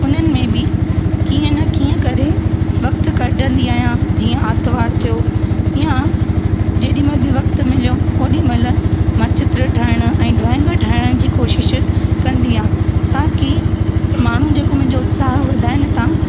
उन्हनि में बि कीअं न कीअं करे वक़्ति कढंदी आहियां जीअं आर्तवारु थियो यां जेॾी महिल बि वक़्ति मिलियो ओॾी महिल मां चित्र ठाहिण ऐं ड्रॉईंग ठाहिण जी कोशिश कंदी आहियां ताकि माण्हूं जेको मुंहिंजो उत्साह वधाइनि था